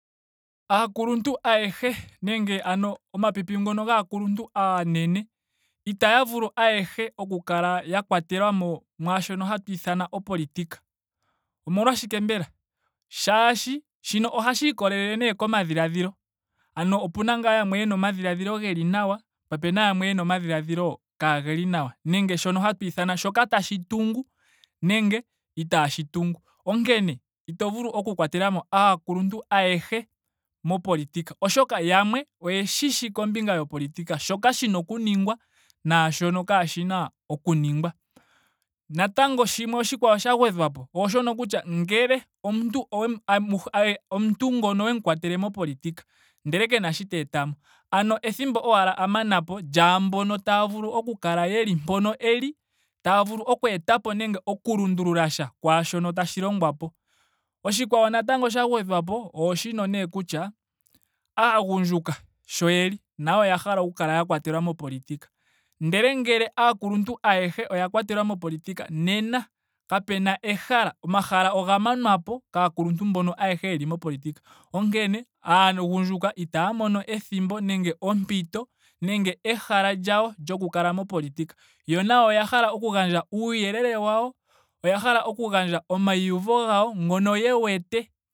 Aakuluntu ayehe nenge ano omapupi ngono gaakuluntu aanene itaya vulu ayehe oku kala a kwatelamo mwaashono hatu ithana kutya opolitika. Omolwashike mbela? Shaashhi ohali ikolele nee komadhiladhilo. ano opena ngaa yamwe yena omadhiladhilo geli nawa po opena yamwe yena omadhiladhilo gaali nawa. Nenge shoka hatu ithana shoka tashi tungu nenge itaashi tungu. Onkene ito vulu oku kwatelamo aakuluntu ayehe mopolitika. Oshoka yamwe oye shishi kombinga yopolitika shoka shina oku ningwa naashono shaana oku ningwa. Natango shimwe oshikwawo sha gwedhwapo ooshono kutya ngele omuntu owe mu- amuhe ayehe omuntu nguno owemu kwatele mopolitika ndele kena sho ta etamo ano ethimbo owala a manapo lyaambono taya vulu oku kala yeli mpono eli. taya vulu okweetapo nando oku lundulula sha kwaashono tashi longwapo. Oshikwawo natango sha gwedhwapo ooshino nee kutya aagundjuka sho yeli nayo oya hala oku kala ya kwatelwa mopolitika. Ndele ngele aakuluntu ayehe oya kwatelwa mopolitika nena kapena ehala. omahala oga manwapo kaakuluntu ayehe mbono yeli mopolitika. Onkene aagundjuka itaya mono ethimbo nenge ompito nenge ehala lyawo lyoku kala mopolitika. Yo nayo oya hala okugandja uuyelele wawo. oya hala okugandja omaiuvo gawo. ngono ye wete